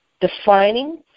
Defining